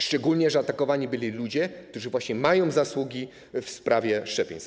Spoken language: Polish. Szczególnie że atakowani byli ludzie, którzy właśnie mają zasługi w sprawie szczepień.